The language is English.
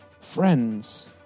friends